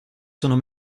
sono